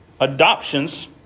adoptions